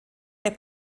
der